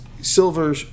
silver